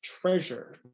treasure